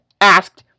asked